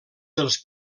dels